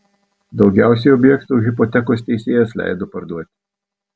daugiausiai objektų hipotekos teisėjas leido parduoti